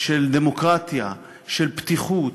של דמוקרטיה, של פתיחות,